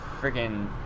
freaking